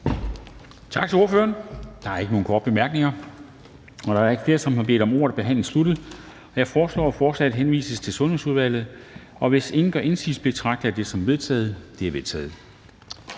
Tak til ordføreren. Der er ikke nogen korte bemærkninger. Da der ikke er flere, som har bedt om ordet, er forhandlingen sluttet. Jeg foreslår, at forslaget henvises til Sundhedsudvalget. Hvis ingen gør indsigelse, betragter jeg det som vedtaget. Det er vedtaget.